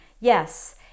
yes